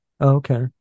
okay